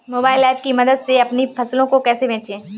Mobile app की मदद से अपनी फसलों को कैसे बेचें?